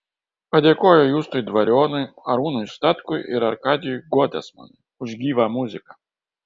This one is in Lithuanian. padėkojo justui dvarionui arūnui statkui ir arkadijui gotesmanui už gyvą muziką